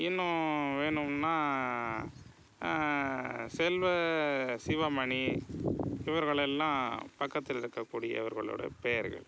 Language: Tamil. இன்னும் வேணும்னா செல்வ சிவமணி இவர்கள் எல்லாம் பக்கத்தில் இருக்கக்கூடியவர்களுடைய பெயர்கள்